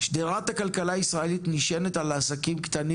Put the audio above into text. שדרת הכלכלה הישראלית נשענת על העסקים הקטנים